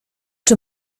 czy